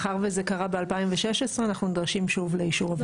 מאחר וזה קרה ב-2016 אנחנו נדרשים שוב לאישור הוועדה.